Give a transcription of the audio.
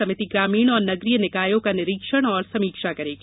समिति ग्रामीण और नगरीय निकायों का निरीक्षण और समीक्षा करेगी